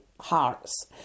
hearts